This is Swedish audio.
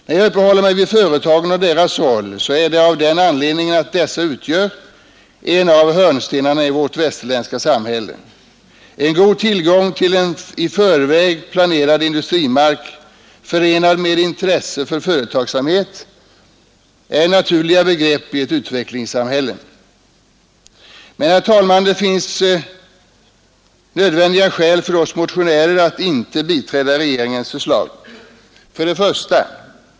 När jag uppehåller mig vid företagen och deras roll är det av den anledningen att dessa utgör en av hörnstenarna i vårt samhälle. En god tillgång till i förväg planerad industrimark förenad med intresse för utvecklande av företagsamhet är naturliga begrepp i ett nutida samhälle. Herr talman, det finns skäl för oss motionärer att inte biträda regeringens förslag: 1.